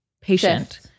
patient